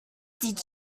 did